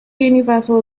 universal